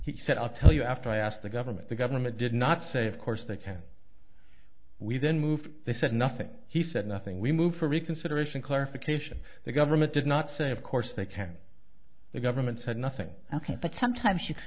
he said i'll tell you after i asked the government the government did not say of course they can we didn't move they said nothing he said nothing we move for reconsideration clarification the government did not say of course they can the government said nothing ok but sometimes you